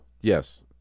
yes